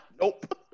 Nope